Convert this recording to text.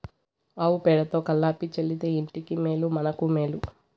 ఆవు పేడతో కళ్లాపి చల్లితే ఇంటికి మేలు మనకు మేలు